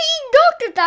doctor